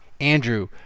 Andrew